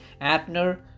Abner